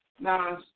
Now